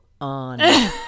on